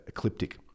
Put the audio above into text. ecliptic